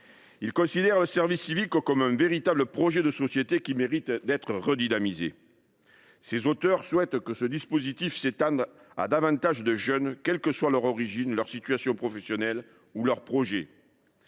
considèrent le service civique comme un véritable projet de société qui mérite d’être redynamisé et souhaitent que le dispositif s’étende à plus de jeunes, quels que soient leur origine, leur situation professionnelle ou leurs projets.